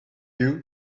you